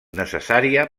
necessària